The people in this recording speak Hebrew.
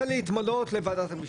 רוצה להתמנות לוועדת המשנה,